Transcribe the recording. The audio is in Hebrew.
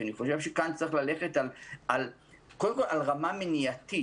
אני חושב שכאן צריך ללכת על רמה מניעתית.